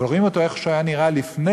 אבל רואים אותו כמו שהוא היה נראה לפני,